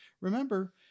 Remember